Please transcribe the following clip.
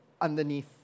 underneath